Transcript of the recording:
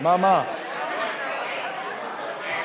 התשע"ה 2015, נתקבלה.